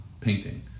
painting